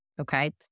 okay